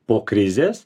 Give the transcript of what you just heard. po krizės